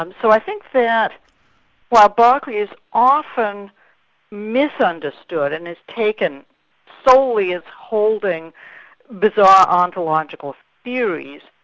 um so i think that while berkeley is often misunderstood and is taken solely as holding bizarre ontological theories,